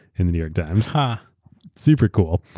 in the new york times. and super cool.